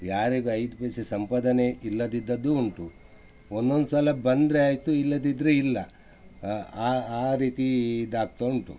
ಯಾರಿಗೆ ಐದು ಪೈಸೆ ಸಂಪಾದನೆ ಇಲ್ಲದಿದ್ದದ್ದೂ ಉಂಟು ಒಂದೊಂದು ಸಲ ಬಂದರೆ ಆಯಿತು ಇಲ್ಲದಿದ್ದರೆ ಇಲ್ಲ ಆ ಆ ರೀತಿ ಇದಾಗ್ತಾ ಉಂಟು